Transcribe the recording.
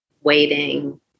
waiting